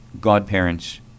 godparents